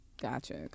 Gotcha